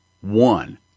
one